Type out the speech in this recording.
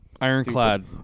Ironclad